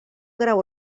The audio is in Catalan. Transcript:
grau